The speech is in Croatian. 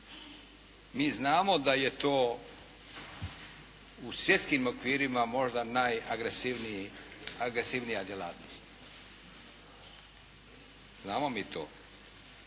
Mi znamo da je to u svjetskim okvirima možda najagresivnija djelatnost, znamo mi to.